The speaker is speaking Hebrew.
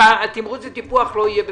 אם תמרוץ וטיפוח לא יהיה בפנים.